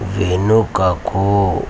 వెనుకకు